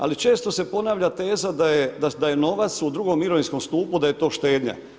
Ali često se ponavlja teza da je novac u drugom mirovinskom stupu da je to štednja.